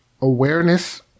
awareness